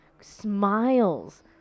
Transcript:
smiles